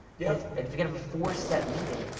yeah. if and if you could have a four step meeting,